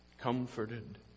comforted